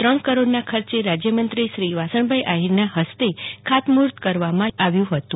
ત્રણ કરોડના ખર્ચે રાજ્યમંત્રીશ્રી વાસણભાઇ આહિરના હસ્તે ખાતમુહૂર્ત કરવામાં આવ્યું હતું